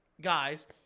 guys